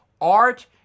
art